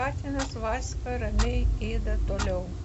katinas vaska ramiai ėda toliau